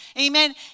amen